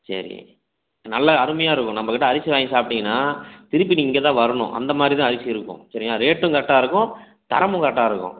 சரி நல்ல அருமையாருக்கும் நம்ம கிட்ட அரிசி வாங்கி சாப்பிடிங்னா திருப்பி நீங்கள் இங்கே தான் வரணும் அந்தமாதிரி தான் அரிசி இருக்கும் சரிங்களா ரேட்டும் கரெக்டாருக்கும் தரமும் கரெக்டாயிருக்கும்